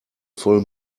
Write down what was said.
voll